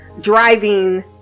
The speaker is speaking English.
driving